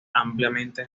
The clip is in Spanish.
ampliamente